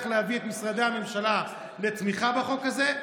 להביא את משרדי הממשלה לתמיכה בחוק הזה.